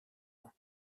ans